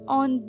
on